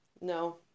No